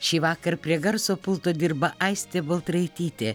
šįvakar prie garso pulto dirba aistė baltraitytė